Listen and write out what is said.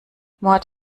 mord